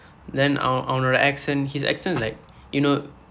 then அவன் அவனோட:avan avanooda accent his accent like you know